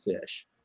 fish